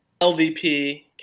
LVP